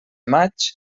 maig